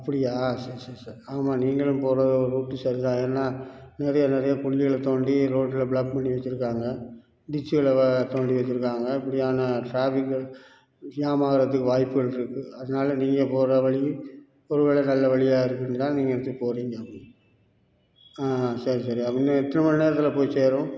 அப்படியா செரி செரி செரி ஆமா நீங்களும் போகிற ரூட் சரிதான் ஏன்னா நிறைய நிறைய குழிகள தோண்டி ரோட்டில் ப்ளாக் பண்ணி வச்சிருக்காங்க டிச்சுகள தோண்டி வச்சிருக்காங்க அப்படியான ட்ராஃபிக்கள் ஜாம் ஆகிறதுக்கு வாய்ப்புகள் இருக்குது அதனால நீங்கள் போகிற வழி ஒரு வேளை நல்ல வழியா இருக்கனுந்தான் நீங்கள் எடுத்துகிட்டு போறிங்க செரி சரி அப்பபோ இன்னும் எத்தனை மணி நேரத்தில் போய் சேரும்